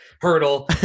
Hurdle